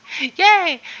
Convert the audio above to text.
Yay